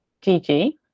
Gigi